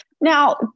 Now